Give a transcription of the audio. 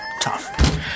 tough